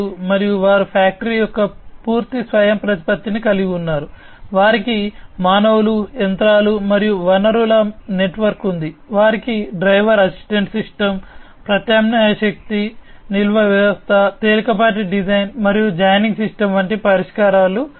మరియు వారు ఫ్యాక్టరీ యొక్క పూర్తి స్వయంప్రతిపత్తిని కలిగి ఉన్నారు వారికి మానవులు యంత్రాలు మరియు వనరుల నెట్వర్క్ ఉంది వారికి డ్రైవర్ అసిస్టెంట్ సిస్టమ్ ప్రత్యామ్నాయ శక్తి నిల్వ వ్యవస్థ తేలికపాటి డిజైన్ మరియు జాయినింగ్ సిస్టమ్ వంటి పరిష్కారాలు ఉన్నాయి